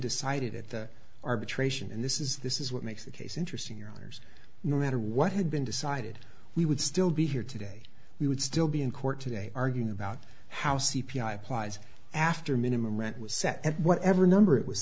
decided at the arbitration and this is this is what makes the case interesting your honour's no matter what had been decided we would still be here today we would still be in court today arguing about how c p i applies after minimum rent was set at whatever number it was